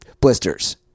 blisters